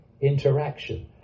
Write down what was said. interaction